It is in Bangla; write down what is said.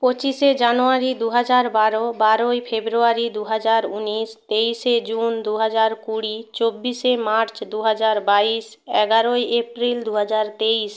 পঁচিশে জানুয়ারি দু হাজার বারো বারোই ফেব্রুয়ারি দু হাজার ঊনিশ তেইশে জুন দু হাজার কুড়ি চব্বিশে মার্চ দু হাজার বাইশ এগারোই এপ্রিল দু হাজার তেইশ